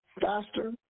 faster